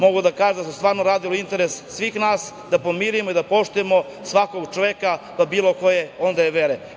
Mogu da kažem da smo stvarno radili u interesu svih nas, da pomirimo i da poštujemo svakog čoveka bilo koje vere da je.